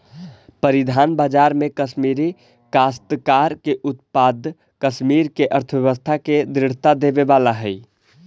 परिधान बाजार में कश्मीरी काश्तकार के उत्पाद कश्मीर के अर्थव्यवस्था के दृढ़ता देवे वाला हई